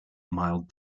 mild